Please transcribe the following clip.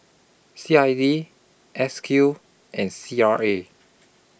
C I D S Q and C R A